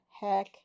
heck